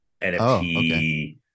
NFT